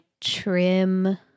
trim